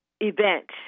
event